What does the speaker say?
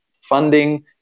funding